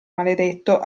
maledetto